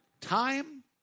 time